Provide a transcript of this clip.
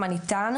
מה ניתן,